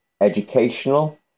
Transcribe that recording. educational